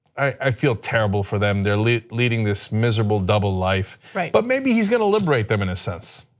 i feel terrible for them. they are leading leading this miserable double life but maybe he is going to liberate them in a sense.